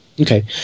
Okay